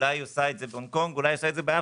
אולי בהונג קונג ואולי באפריקה.